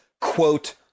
quote